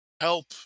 help